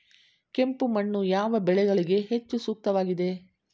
ಕೆಂಪು ಮಣ್ಣು ಯಾವ ಬೆಳೆಗಳಿಗೆ ಹೆಚ್ಚು ಸೂಕ್ತವಾಗಿದೆ?